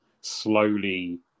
slowly